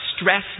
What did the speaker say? stress